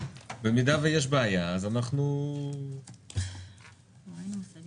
במידה ויש בעיה אז אנחנו --- בואו נצביע